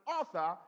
author